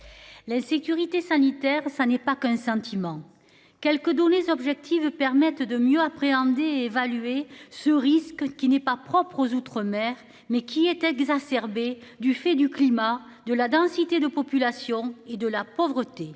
L'insécurité sanitaire, ça n'est pas qu'un sentiment quelques données objectives permettent de mieux appréhender évaluer ce risque qui n'est pas propre aux outre-mer mais qui était exacerbé du fait du climat de la densité de population et de la pauvreté.